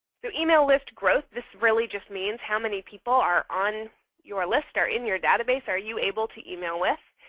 so email list growth this really just means how many people are on your list or in your database are you able to email with.